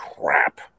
crap